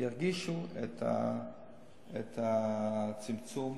ירגישו את צמצום הפערים.